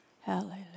Hallelujah